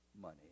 money